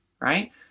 right